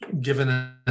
given